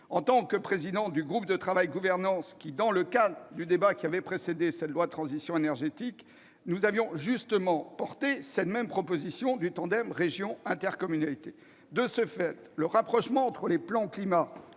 En tant que président du groupe de travail « gouvernance » du débat national sur la transition énergétique, nous avions justement porté cette même proposition du tandem région-intercommunalité. De ce fait, le rapprochement entre les plans Climat